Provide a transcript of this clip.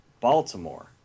Baltimore